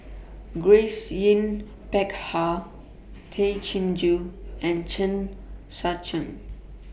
Grace Yin Peck Ha Tay Chin Joo and Chen Sucheng